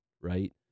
right